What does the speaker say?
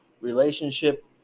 relationship